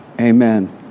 Amen